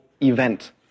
event